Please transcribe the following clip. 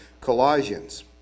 Colossians